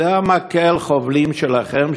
זה מקל החובלים שלכם,